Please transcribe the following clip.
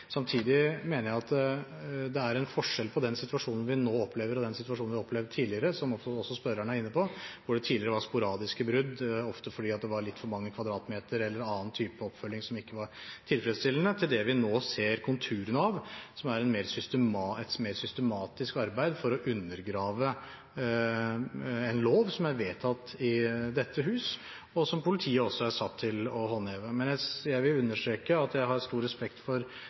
Samtidig mener jeg at det er forskjell på den situasjonen vi nå opplever, og den situasjonen vi har opplevd tidligere, som også spørreren er inne på, hvor det tidligere var sporadiske brudd, ofte fordi det var litt for mange kvadratmeter eller annen type oppfølging som ikke var tilfredsstillende, til det vi nå ser konturene av, som er et mer systematisk arbeid for å undergrave en lov som er vedtatt i dette hus, og som politiet også er satt til å håndheve. Men jeg vil understreke at jeg har stor respekt for